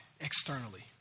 externally